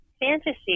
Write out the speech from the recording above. fantasy